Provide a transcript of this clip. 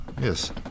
yes